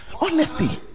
honesty